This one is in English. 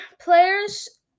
players